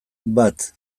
bat